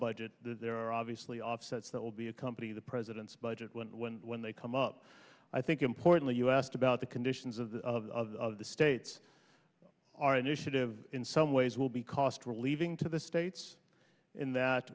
that there are obviously offsets that will be accompany the president's budget when when when they come up i think importantly you asked about the conditions of the of the states our initiative in some ways will be cost relieving to the states in that